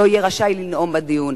לא יהיה רשאי לנאום בדיון".